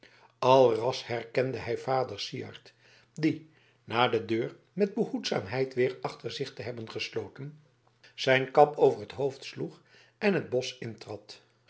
alras herkende hij vader syard die na de deur met behoedzaamheid weer achter zich te hebben gesloten zijn kap over het hoofd sloeg en het bosch